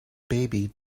baby